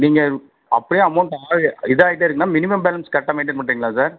நீங்கள் அப்படியே அமௌண்ட் ஆ இதாகிட்டே இருக்குன்னால் மினிமம் பேலன்ஸ் கரெக்டாக மெயின்டெய்ன் பண்றீங்களா சார்